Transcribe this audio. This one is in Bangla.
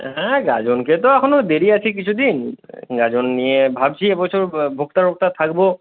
হ্যাঁ গাজনকে তো এখনো দেরি আছে কিছু দিন গাজন নিয়ে ভাবছি এবছর ভোক্তার ওক্তার থাকব